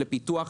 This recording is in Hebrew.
לפיתוח.